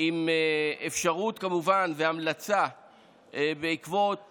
כמובן עם אפשרות והמלצה בעקבות